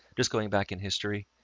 just going back in history,